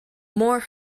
more